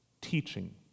teaching